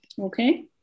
okay